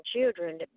children